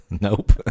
Nope